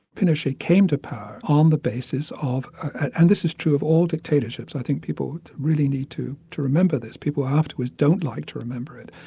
pinochet came to power on the basis of and this is true of all dictatorships, i think people really need to to remember this people afterwards don't like to remember it.